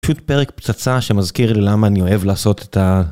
פשוט פרק פצצה שמזכיר לי למה אני אוהב לעשות את ה...